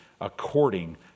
according